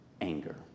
anger